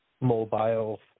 mobile